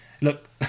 look